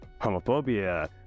homophobia